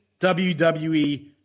WWE